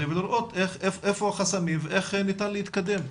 ולראות איפה החסמים ואיך ניתן להתקדם.